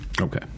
Okay